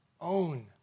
own